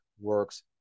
works